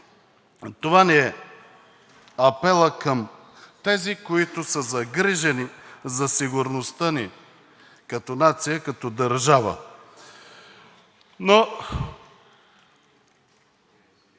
Това ми е апелът към тези, които са загрижени за сигурността ни като нация, като държава. Този